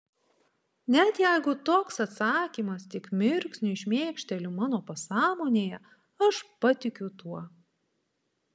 net jeigu toks atsakymas tik mirksniui šmėkšteli mano pasąmonėje aš patikiu tuo